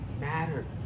matter